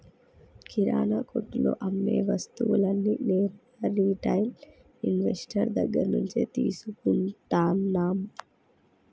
కిరణా కొట్టులో అమ్మే వస్తువులన్నీ నేరుగా రిటైల్ ఇన్వెస్టర్ దగ్గర్నుంచే తీసుకుంటన్నం